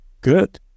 good